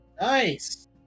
Nice